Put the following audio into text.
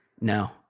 No